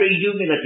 humility